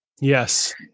yes